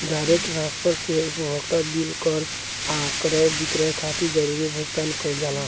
direct transfer से उपभोक्ता bill कर आ क्रय विक्रय खातिर जरूरी भुगतान कईल जाला